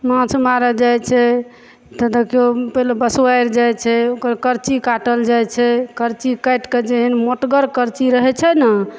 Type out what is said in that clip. माछ मारऽ जाइ छै तऽ देखियौ पहिले बँसवारि जाइ छै ओकर करची काटल जाइ छै करची काटिकऽ जेहेन मोटगर करची रहै छै ने